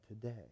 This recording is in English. today